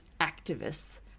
activists